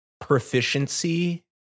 proficiency